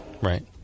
right